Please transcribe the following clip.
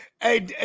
hey